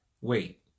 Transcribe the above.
wait